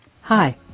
Hi